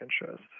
interest